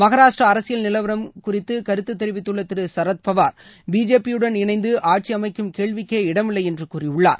மகராஷ்டிர அரசியல் நிலவரம் கருத்து தெரிவித்துள்ள திரு ஷரத்பவார் பிஜேபியுடன் இணைந்து ஆட்சி அமைக்கும் கேள்விக்கே இடமில்லை என்று கூறியுள்ளார்